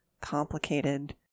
complicated